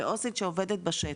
כעו"סית שעובדת בשטח.